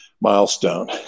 milestone